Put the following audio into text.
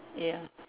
ya